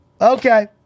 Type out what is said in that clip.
okay